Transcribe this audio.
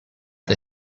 the